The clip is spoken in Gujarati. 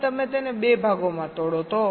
હવે તમે તેને 2 ભાગોમાં તોડો તો